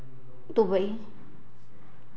Dubai